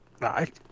Right